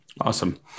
Awesome